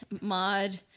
mod